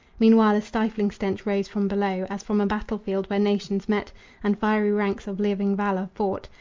meanwhile a stifling stench rose from below as from a battle-field where nations met and fiery ranks of living valor fought,